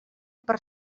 per